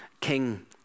king